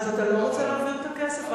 אז אתה לא רוצה להעביר את הכסף?